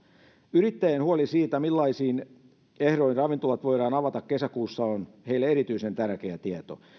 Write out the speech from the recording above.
yrittäjien huoli siitä millaisin ehdoin ravintolat voidaan avata kesäkuussa on heille erityisen tärkeä tieto